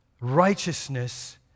righteousness